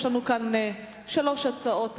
יש לנו שלוש הצעות אחרות.